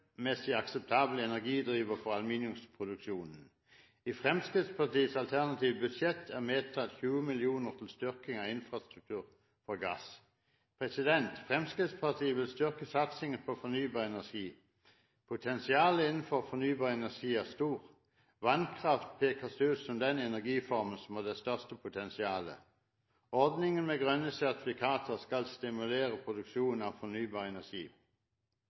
miljømessig akseptabel energidriver for aluminiumsproduksjon. I Fremskrittspartiets alternative budsjett er det tatt med 20 mill. kr til styrking av infrastruktur for gass. Fremskrittspartiet vil styrke satsingen på fornybar energi. Potensialet innenfor fornybar energi er stort. Vannkraft peker seg ut som den energiformen som har det største potensialet. Ordningen med grønne sertifikater skal stimulere produksjon av fornybar energi.